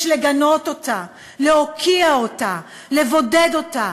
יש לגנות אותה, להוקיע אותה, לבודד אותה.